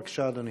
בבקשה, אדוני.